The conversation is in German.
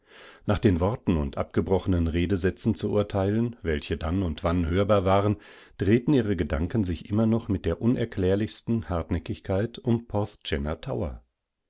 nach den worten und abgebrochenen redesätzen zu urteilen welche dann und wann hörbar waren drehten ihre gedanken sich immer noch mit der unerklärlichstenhartnäckigkeitumporthgennatower als